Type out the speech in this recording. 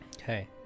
Okay